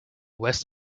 west